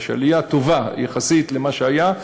יש עלייה טובה יחסית למה שהיה,